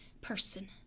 person